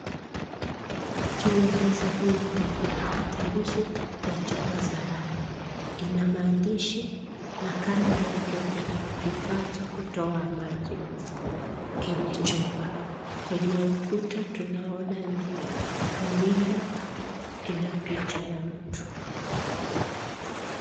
Juu ya meza hii kuna kipakatalishi na chupa za rangi. Ina maandishi na kando yake kuna kifaa cha kutoa maji kenye chupa. Kwenye ukuta tunaona ni runinga ina picha ya mtu.